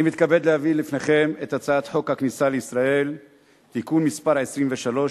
אני מתכבד להביא לפניכם את הצעת חוק הכניסה לישראל (תיקון מס' 23),